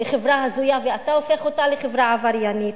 לחברה הזויה ואתה הופך אותה לחברה עבריינית.